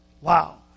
Wow